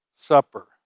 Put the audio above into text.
supper